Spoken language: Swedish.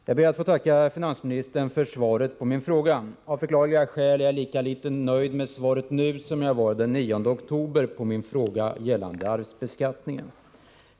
Herr talman! Jag ber att få tacka finansministern för svaret på min fråga. Jag är lika litet nöjd med svaret nu som i oktober på mina frågor om gällande arvsbeskattning.